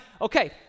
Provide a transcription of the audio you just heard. okay